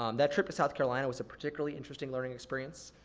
um that trip to south carolina was a particularly interesting learning experience.